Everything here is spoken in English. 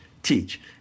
Teach